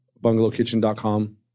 bungalowkitchen.com